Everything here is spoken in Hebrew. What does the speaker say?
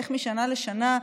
איך משנה לשנה,